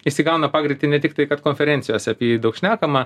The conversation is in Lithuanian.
jis įgauna pagreitį ne tik tai kad konferencijose apie jį daug šnekama